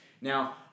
Now